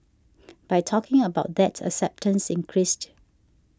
by talking about that acceptance increased